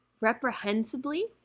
reprehensibly